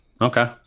okay